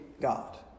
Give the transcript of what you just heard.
God